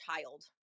child